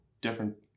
different